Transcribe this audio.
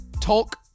Talk